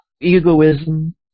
egoism